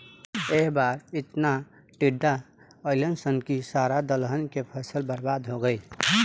ए बार एतना टिड्डा अईलन सन की सारा दलहन के फसल बर्बाद हो गईल